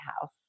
house